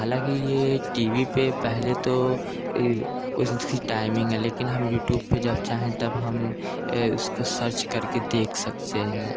हलांकि ये T V पर पेहले तो उस दिन तो फ़िस्ड टाइमिंग है लेकिन हम यूट्यूब पे जब चाहें तब हम ये उसको सर्च कर के देख सकते हैं